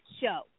show